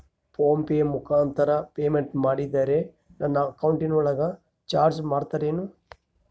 Phone pay ಮುಖಾಂತರ ಪೇಮೆಂಟ್ ಮಾಡಿದರೆ ನನ್ನ ಅಕೌಂಟಿನೊಳಗ ಚಾರ್ಜ್ ಮಾಡ್ತಿರೇನು?